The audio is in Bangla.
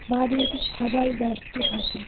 বাড়ির সবাই ব্যস্ত থাকে